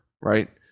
Right